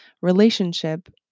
relationship